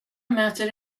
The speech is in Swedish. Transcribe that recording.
möter